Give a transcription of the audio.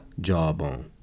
jawbone